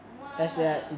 !wah!